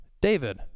David